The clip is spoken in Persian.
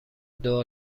دعا